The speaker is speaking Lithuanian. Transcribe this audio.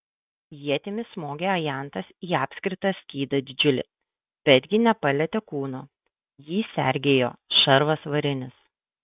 ietimi smogė ajantas į apskritą skydą didžiulį betgi nepalietė kūno jį sergėjo šarvas varinis